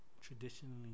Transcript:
traditionally